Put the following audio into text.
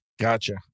Gotcha